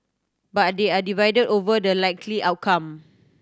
but they are divided over the likely outcome